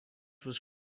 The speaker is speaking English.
was